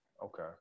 Okay